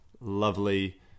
lovely